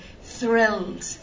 thrilled